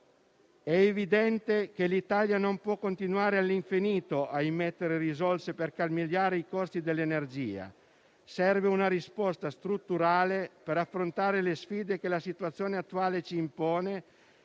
È evidente che l'Italia non può continuare all'infinito a immettere risorse per calmierare i costi dell'energia, serve una risposta strutturale per affrontare le sfide che la situazione attuale ci impone